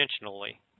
intentionally